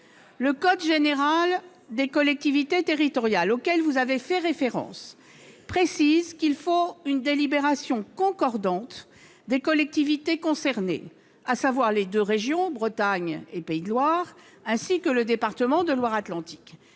Le code général des collectivités territoriales, auquel vous avez fait référence, précise qu'il faut une délibération concordante des collectivités concernées, à savoir les deux régions, Bretagne et Pays de la Loire, ainsi que le département de Loire-Atlantique.